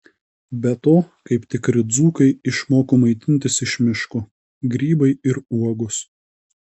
be to kaip tikri dzūkai išmoko maitintis iš miško grybai ir uogos